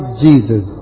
Jesus